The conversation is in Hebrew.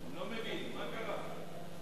לא מבין, מה קרה פה?